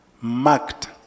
marked